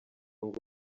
ngo